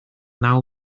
naw